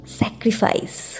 sacrifice